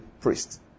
priest